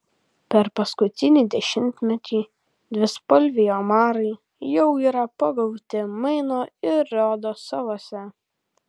per paskutinį dešimtmetį dvispalviai omarai jau yra pagauti maino ir rodo salose